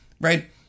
right